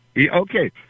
Okay